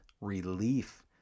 relief